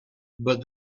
but